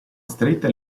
stretta